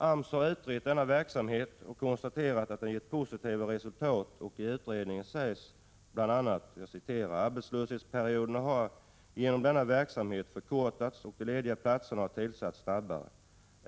AMS har utrett denna verksamhet och konstaterat att den gett positivt resultat. I utredningen sägs bl.a.: ”Arbetslöshetsperioderna har genom denna verksamhet förkortats och de lediga platserna har tillsatts snabbare.